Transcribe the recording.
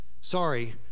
sorry